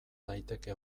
daiteke